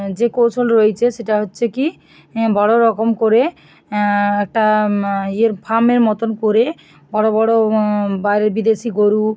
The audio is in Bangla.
যে কৌশল রয়েছে সেটা হচ্ছে কী এ বড়ো রকম করে একটা ইয়ের ফার্মের মতন করে বড়ো বড়ো বাইরের বিদেশি গরু